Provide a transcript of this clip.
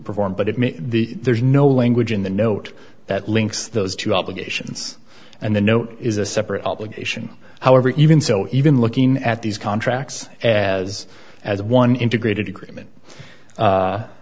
perform but it made the there's no language in the note that links those to obligations and the note is a separate obligation however even so even looking at these contracts as as one integrated agreement